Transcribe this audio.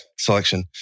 selection